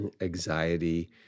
anxiety